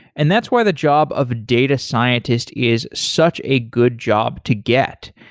and that's why the job of data scientist is such a good job to get.